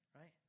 right